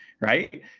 Right